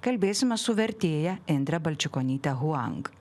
kalbėsime su vertėja indre balčikonyte huang